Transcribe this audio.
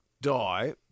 die